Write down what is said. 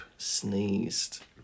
Sneezed